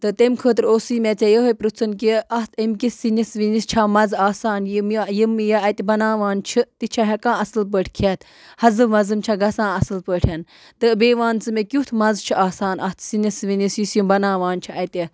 تہٕ تمہِ خٲطرٕ اوسُے مےٚ ژےٚ یِہٲے پِرٛژھُن کہِ اَتھ ایٚم کِس سِنِس وِنِس چھا مَزٕ آسان یِم یِم یہِ اَتہِ بَناوان چھِ تہِ چھےٚ ہٮ۪کان اَصٕل پٲٹھۍ کھٮ۪تھ حَظ وَزٕم چھےٚ گَژھان اَصٕل پٲٹھۍ تہٕ بیٚیہِ وَن ژٕ مےٚ کیُتھ مَزٕ چھُ آسان اَتھ سِنِس وِنِس یُس یِم بَناوان چھِ اَتہِ